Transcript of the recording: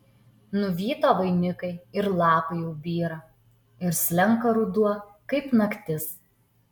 nuvyto vainikai ir lapai jau byra ir slenka ruduo kaip naktis